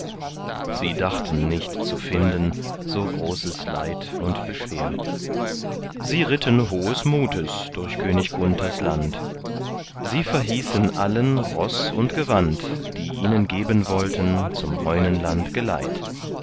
sie dachten nicht zu finden so großes leid und beschwer sie ritten hohes mutes durch könig gunthers land sie verhießen allen ross und gewand die ihnen geben wollten zum heunenland geleit